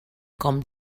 com